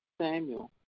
Samuel